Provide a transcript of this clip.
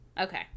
Okay